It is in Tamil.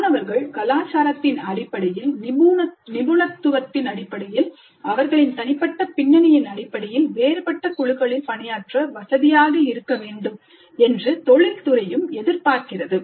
மாணவர்கள் கலாச்சாரத்தின் அடிப்படையில் நிபுணத்துவத்தின் அடிப்படையில் அவர்களின் தனிப்பட்ட பின்னணியின் அடிப்படையில் வேறுபட்ட குழுக்களில் பணியாற்ற வசதியாக இருக்க வேண்டும் என்று தொழில் துறையும் எதிர்பார்க்கின்றது